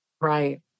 Right